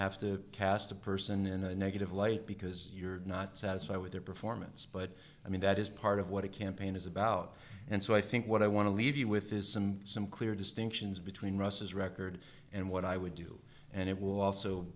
have to cast a person in a negative light because you're not satisfied with their performance but i mean that is part of what a campaign is about and so i think what i want to leave you with is some clear distinctions between russia's record and what i would do and it will also